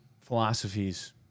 philosophies